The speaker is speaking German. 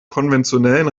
konventionellen